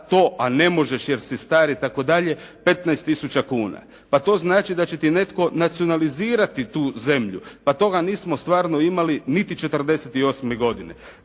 za to a ne možeš jer si star i tako dalje, 15 tisuća kuna. Pa to znači da će ti netko nacionalizirati tu zemlju. Pa toga nismo stvarno imali niti 1948. godine.